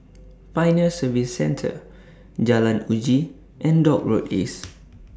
Pioneer Service Centre Jalan Uji and Dock Road East